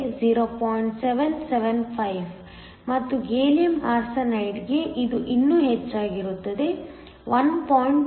775 ಮತ್ತು gallium arsenide ಗೆ ಇದು ಇನ್ನೂ ಹೆಚ್ಚಾಗಿರುತ್ತದೆ 1